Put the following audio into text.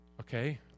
Okay